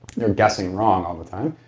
they're guessing wrong all the time,